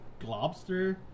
globster